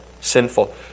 sinful